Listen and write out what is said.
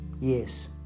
Yes